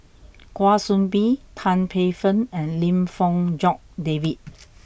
Kwa Soon Bee Tan Paey Fern and Lim Fong Jock David